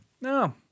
No